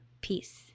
Peace